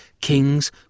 kings